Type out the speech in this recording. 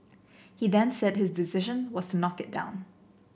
he then said his decision was to knock it down